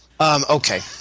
Okay